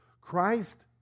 Christ